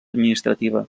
administrativa